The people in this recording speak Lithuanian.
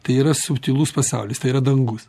tai yra subtilus pasaulis tai yra dangus